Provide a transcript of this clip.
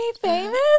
famous